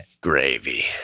gravy